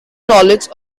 knowledge